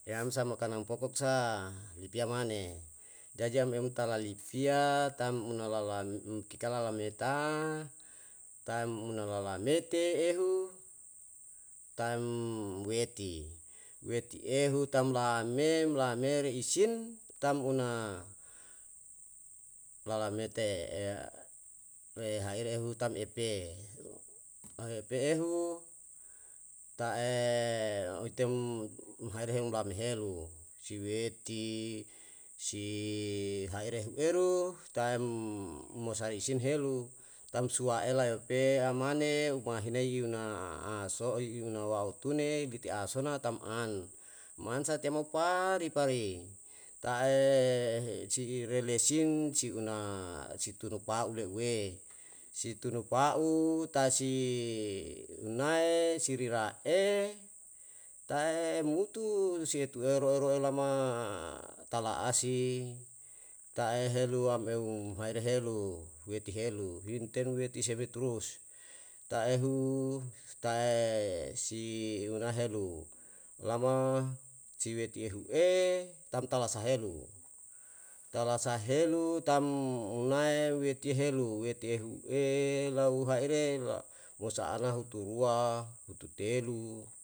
yam sa makan pokok sa lipia mane, jajan em tala lipia tam una walam umtika lalam eta, tam una lawamete ehu, tam weti. Weti ehu tam laame, umlaamere isin, tam una lawamete re haere utam epe, oepe ehu, ta'e otem umrahere lahamelu si weti, si haere hueru ta'em mosa isin helu, tam suwaela yope amane umahinai yuna asoi yuna wautune biti asona tam an. Mansa tyao mo pari pari, ta'e si irelesin si una si tunupa'u leuwe, si tunupa'u tae si unae, si rira'e, ta'e mutu si tue ero ero olama talaasi ta'e heru am eu umhaere helu wetihelu hintenumete seme turus, ta'ehu tae si unahelu. Lama si weti ehu'etam tau lasahelu, taulasahelu tam unae wetihelu, wetiehu'e lau haere losa ana huturua, hututelu